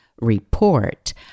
report